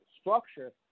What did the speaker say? structure